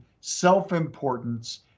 self-importance